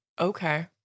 Okay